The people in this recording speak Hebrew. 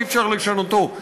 שאי-אפשר לשנותו.